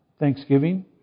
Thanksgiving